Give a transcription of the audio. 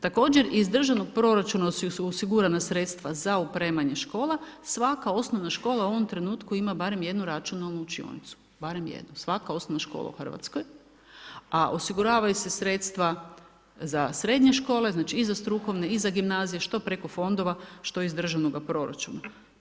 Također iz državnog proračuna su osigurana sredstva za opremanje škola, svaka osnovna škola u ovom trenutku ima barem 1 računalnu učionicu, barem jednu, svaka osnovna škola u Hrvatskoj, a osiguravaju se sredstva za srednje škole, znači i za strukovne i za gimnazije, što preko fondova, što iz državnoga proračuna.